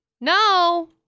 no